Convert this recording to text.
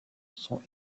sont